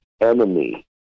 enemy